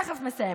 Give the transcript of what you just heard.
אני תכף מסיימת: